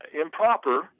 improper